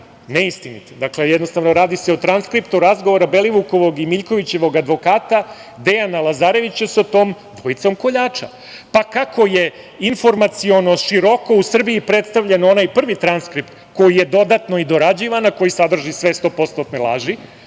neistinit. Dakle, jednostavno radi se o transkriptu razgovora Belivukovog i Miljkovićevog advokata, Dejana Lazarevića sa tom dvojicom koljača, pa kako je informaciono široko predstavljen onaj prvi transkript, koji je dodatno i dorađivan, a koji sadrži sve